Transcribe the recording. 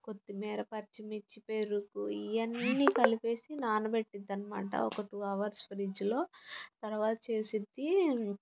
కొత్తిమీర పచ్చిమిర్చి పెరుగు ఇవన్నీ కలిపి నానబెట్టుద్ది అన్నమాట ఒక టూ అవర్స్ ఫ్రిడ్జ్ లో తర్వాత చేసుద్ది